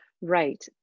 Right